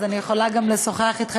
והגיעו לארץ-ישראל